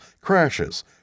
crashes